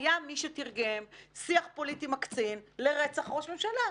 היה מי שתרגם שיח פוליטי מקסים לרצח ראש הממשלה.